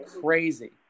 crazy